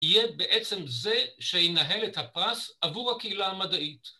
‫יהיה בעצם זה שינהל את הפרס ‫עבור הקהילה המדעית.